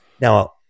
Now